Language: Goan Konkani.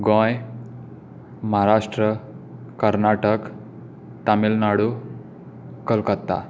गोंय महाराष्ट्र कर्नाटक तामीळ नाडू कलकत्ता